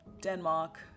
Denmark